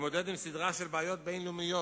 להתמודד עם סדרה של בעיות בין-לאומיות